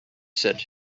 said